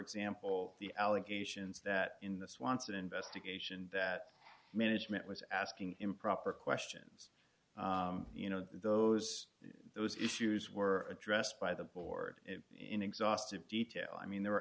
example the allegations that in this wants an investigation that management was asking improper questions you know those those issues were addressed by the board in exhaustive detail i mean there were